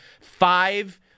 five